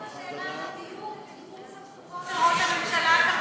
אני שואלת: האם השאלה על הדיור היא בתחום סמכותו של ראש הממשלה כרגע,